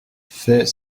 fais